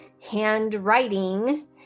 handwriting